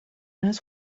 his